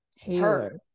Taylor